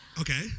Okay